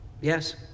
Yes